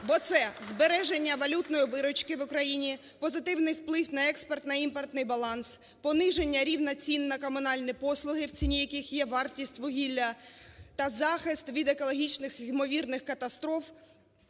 Бо це збереження валютної виручки в Україні, позитивний вплив на експортно-імпортний баланс, пониження рівня цін на комунальні послуги, в ціні яких є вартість вугілля, та захист від екологічних ймовірних катастроф